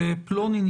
בירוקרטיה.